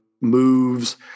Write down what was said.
moves